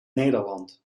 nederland